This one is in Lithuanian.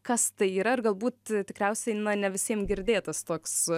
kas tai yra ir galbūt tikriausiai na ne visiems girdėtas toks